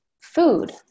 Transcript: food